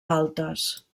altes